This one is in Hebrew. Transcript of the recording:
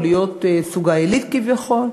או להיות סוגה עילית כביכול.